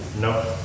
Nope